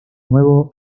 nuevo